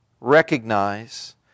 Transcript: recognize